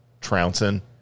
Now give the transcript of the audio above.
trouncing